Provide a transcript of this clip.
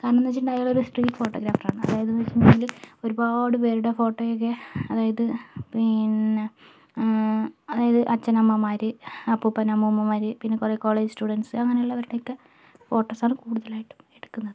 കാരണം എന്നുവെച്ചിട്ടുണ്ടെങ്കിൽ അയാൾ ഒരു സ്ട്രീറ്റ് ഫോട്ടോഗ്രാഫർ ആണ് അതായത് എന്ന് വച്ചിട്ടുണ്ടെങ്കിൽ ഒരുപാട് പേരുടെ ഫോട്ടോയൊക്കെ അതായത് പിന്നെ അതായത് അച്ഛനമ്മമാര് അപ്പൂപ്പൻ അമ്മൂമ്മമാര് പിന്നെ കുറെ കോളേജ് സ്റ്റുഡൻസ് അങ്ങനെയുള്ളവരുടെയൊക്കെ ഫോട്ടോസാണ് കൂടുതലായും എടുക്കുന്നത്